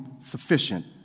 sufficient